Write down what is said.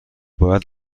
باید